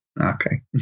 Okay